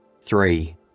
three